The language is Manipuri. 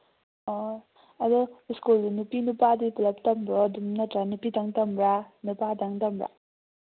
ꯑꯣ ꯑꯗꯨ ꯁ꯭ꯀꯨꯜꯁꯦ ꯅꯨꯄꯤ ꯅꯨꯄꯥꯗꯤ ꯄꯨꯂꯞ ꯇꯝꯕ꯭ꯔꯣ ꯑꯗꯨꯝ ꯅꯠꯇ꯭ꯔꯒ ꯅꯨꯄꯤꯇꯪ ꯇꯝꯕ꯭ꯔꯥ ꯅꯨꯄꯥꯗꯪ ꯇꯝꯕ꯭ꯔꯥ